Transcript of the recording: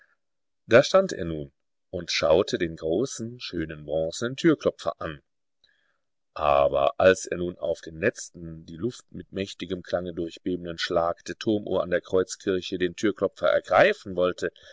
da stand er nun und schaute den großen schönen bronzenen türklopfer an aber als er nun auf den letzten die luft mit mächtigem klange durchbebenden schlag der turmuhr an der kreuzkirche den türklopfer ergreifen wollte